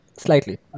slightly